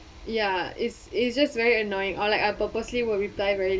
ya is is just very annoying or like I purposely will reply very